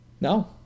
No